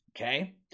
Okay